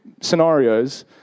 scenarios